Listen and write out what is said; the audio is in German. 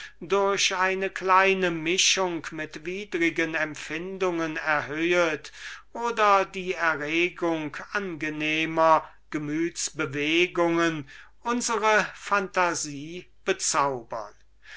durch eine kleine mischung mit widrigen empfindungen erhöhet oder die erregung angenehmer bewegungen unsre phantasie bezaubern